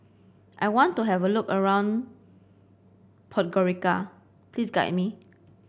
I want to have a look around Podgorica please guide me